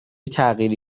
تغییر